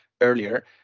earlier